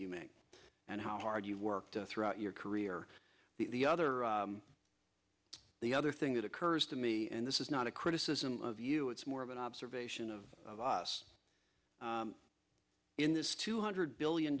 you make and how hard you work throughout your career the other the other thing that occurs to me and this is not a criticism of you it's more of an observation of us in this two hundred billion